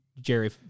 Jerry